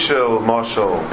Marshal